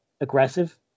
aggressive